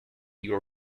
your